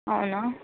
అవునా